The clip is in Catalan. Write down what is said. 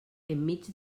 enmig